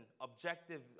objective